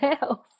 else